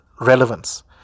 relevance